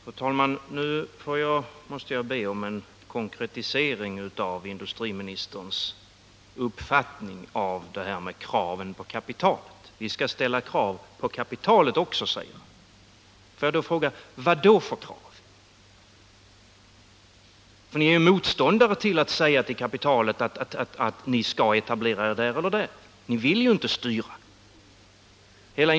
Fru talman! Nu måste jag be om en konkretisering av industriministerns uppfattning om det här med kraven på kapitalet. Vi skall ställa krav på kapitalet också, säger han. Får jag då fråga: Vilka krav? Ni vill inte säga till kapitalet att det skall etablera sig där eller där. Ni vill ju inte styra.